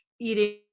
eating